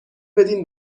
بدین